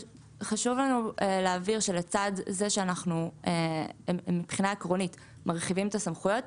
חשוב לנו להבהיר שלצד זה שאנחנו מבחינה עקרונית מרחיבים את הסמכויות,